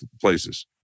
places